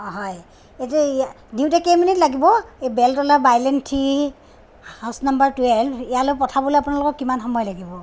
হয় এতিয়া ইয়াত দিওঁতে কেই মিনিট লাগিব Beltola bylane three house number twelve ইয়ালৈ পঠাবলৈ আপোনালোকক কিমান সময় লাগিব